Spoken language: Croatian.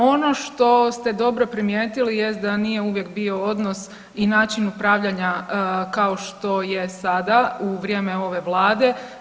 Ono što ste dobro primijetili jest da nije uvijek bio odnos i način upravljanja kao što je sada u vrijeme ove vlade.